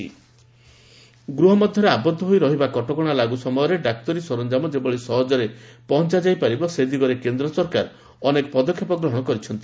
railway PPE ଗୃହ ମଧ୍ୟରେ ଆବଦ୍ଧ ହୋଇ ରହିବା କଟକଣା ଲାଗୁ ସମୟରେ ଡାକ୍ତରୀ ସରଞ୍ଜାମ ଯେଭଳି ସହଜରେ ପହଞ୍ଚାଯାଇ ପାରିବ ସେ ଦିଗରେ କେନ୍ଦ୍ର ସରକାର ଅନେକ ପଦକ୍ଷେପ ଗ୍ରହଣ କରିଛନ୍ତି